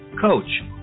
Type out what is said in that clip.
coach